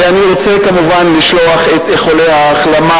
ואני רוצה כמובן לשלוח איחולי החלמה